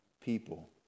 people